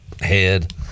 head